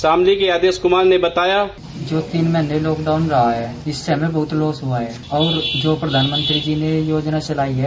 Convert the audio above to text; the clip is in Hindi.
शामली के आदेश कमार ने बताया जो तीन माह लॉकडाउन रहा है उससे हमें बहुत लॉस हुआ है और जो प्रधानमंत्री जी ने योजना चलाई है